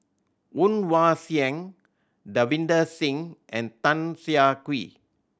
Woon Wah Siang Davinder Singh and Tan Siah Kwee